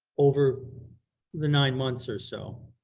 over the nine months or so,